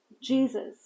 Jesus